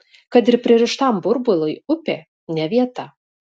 kad ir pririštam burbului upė ne vieta